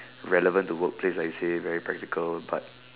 relevant to workplace like say very practical but